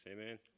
Amen